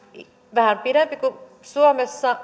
vähän pidempi kuin suomessa